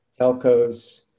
telcos